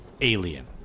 alien